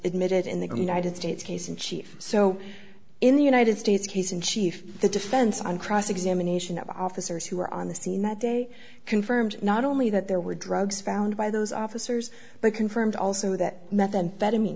admitted in the united states case in chief so in the united states case in chief the defense on cross examination of officers who were on the scene that day confirmed not only that there were drugs found by those officers but confirmed also that methamphetamine